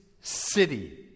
city